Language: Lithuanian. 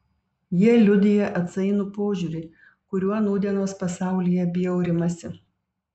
jie liudija atsainų požiūrį kuriuo nūdienos pasaulyje bjaurimasi